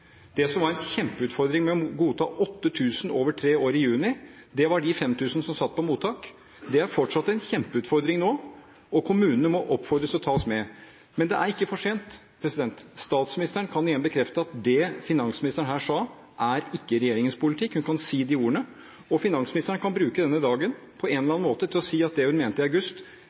Det som var en kjempeutfordring med å godta 8 000 over tre år i juni, var de 5 000 som satt i mottak. Det er fortsatt en kjempeutfordring, og kommunene må oppfordres til å ta oss med. Men det er ikke for sent. Statsministeren kan igjen bekrefte at det finansministeren her sa, ikke er regjeringens politikk. Hun kan si de ordene, og finansministeren kan bruke denne dagen til på en eller